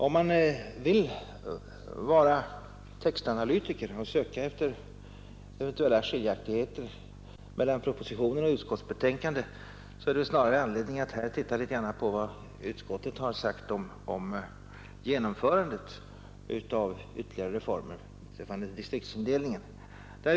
Om man vill vara textanalytiker och söka efter eventuella skiljaktigheter mellan propositionen och utskottsbetänkandet finns det snarare anledning att titta på vad utskottet har sagt om själva genomförandet av ytterligare reformer beträffande distriktsindelningen.